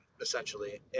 essentially